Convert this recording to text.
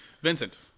Vincent